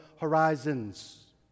horizons